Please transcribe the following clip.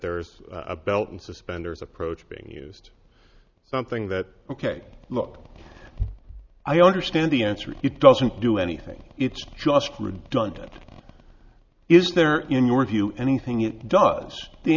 there's a belt and suspenders approach being used something that ok look i understand the answer it doesn't do anything it's just redundant is there in your view anything it does the